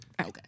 Okay